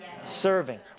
Serving